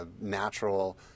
natural